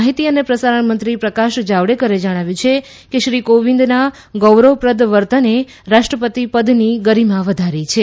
માહિતી અને પ્રસારણંત્રી પ્રકાશ જાવડેકરે જણાવ્યું છે કે શ્રી કોવિંદના ગૌરવપ્રદ વર્તને રાષ્ટ્રપતિ પદની ગરિમા વધારી છે